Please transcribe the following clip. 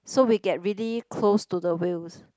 so we get really close to the whales